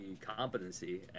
competency